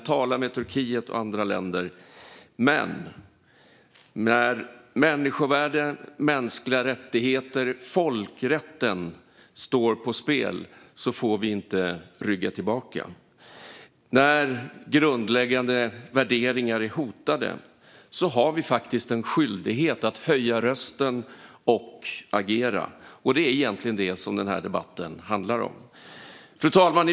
Vi ska tala med Turkiet och andra länder. Men när människovärde, mänskliga rättigheter och folkrätten står på spel får vi inte rygga tillbaka. När grundläggande värderingar är hotade har vi faktiskt en skyldighet att höja rösten och agera, och det är egentligen det den här debatten handlar om. Fru talman!